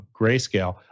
Grayscale